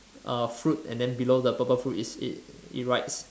a fruit and then below the purple fruit it it writes